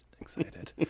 excited